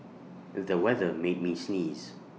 the weather made me sneeze